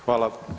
Hvala.